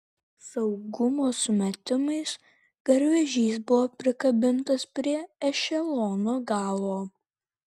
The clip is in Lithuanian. saugumo sumetimais garvežys buvo prikabintas prie ešelono galo